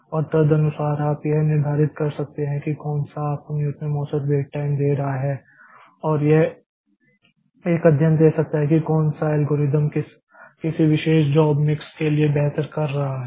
और तदनुसार आप यह निर्धारित कर सकते हैं कि कौन सा आपको न्यूनतम औसत वेट टाइम दे रहा है और यह एक अध्ययन दे सकता है कि कौन सा एल्गोरिदम किसी विशेष जॉब मिक्स के लिए बेहतर कर रहा है